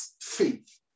faith